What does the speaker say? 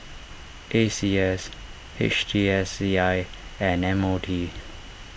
A C S H T S C I and M O T